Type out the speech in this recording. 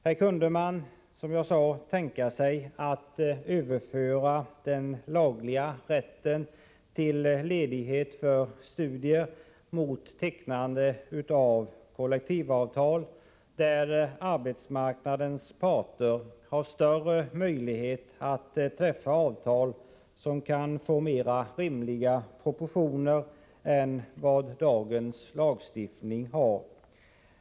Här kunde man alltså tänka sig att överföra rätten till ledighet för studier från lagreglering till tecknande av kollektivavtal. Arbetsmarknadens parter har möjlighet att träffa avtal som kan få mera rimliga proportioner än vad dagens lagstiftning har.